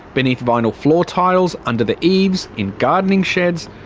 beneath vinyl floor tiles, under the eaves, in gardening sheds,